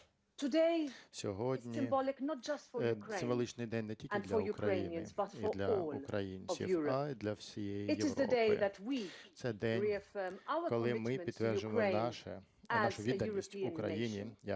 Сьогодні символічний день не тільки для України і для українців, а і для всієї Європи. Це день, коли ми підтверджуємо нашу відданість Україні як європейській